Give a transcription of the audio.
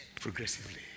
Progressively